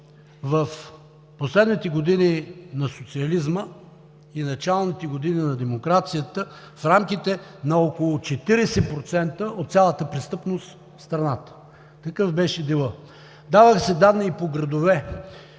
в последните години на социализма и началните години на демокрацията в рамките на около 40% от цялата престъпност в страната. Такъв беше делът. Даваха се данни и по градове